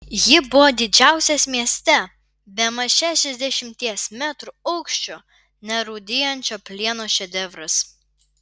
ji buvo didžiausias mieste bemaž šešiasdešimties metrų aukščio nerūdijančio plieno šedevras